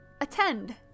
attend